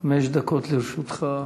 חמש דקות לרשותך.